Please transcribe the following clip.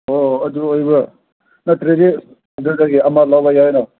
ꯑꯣ ꯑꯗꯨ ꯑꯣꯏꯕ꯭ꯔꯥ ꯅꯠꯇ꯭ꯔꯗꯤ ꯑꯗꯨꯗꯒꯤ ꯑꯃ ꯂꯧꯕ ꯌꯥꯏꯅ